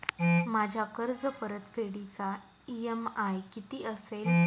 माझ्या कर्जपरतफेडीचा इ.एम.आय किती असेल?